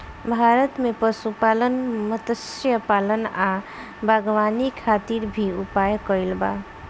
भारत में पशुपालन, मत्स्यपालन आ बागवानी खातिर भी उपाय कइल बा